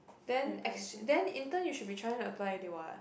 then S~ then intern you should be trying to apply already what